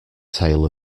tale